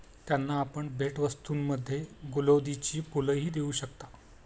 त्यांना आपण भेटवस्तूंमध्ये गुलौदीची फुलंही देऊ शकता